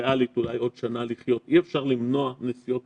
וריאלית אולי עוד שנה לחיות, אי אפשר למנוע נסיעות